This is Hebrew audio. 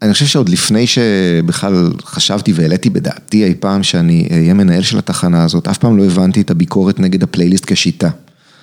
אני חושב שעוד לפני שבכלל חשבתי והעליתי בדעתי אי פעם שאני אהיה מנהל של התחנה הזאת, אף פעם לא הבנתי את הביקורת נגד הפלייליסט כשיטה.